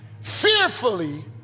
fearfully